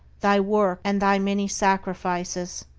thy work, and thy many sacrifices,